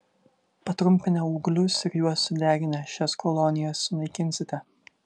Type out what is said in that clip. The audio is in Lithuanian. patrumpinę ūglius ir juos sudeginę šias kolonijas sunaikinsite